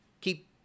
keep